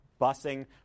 busing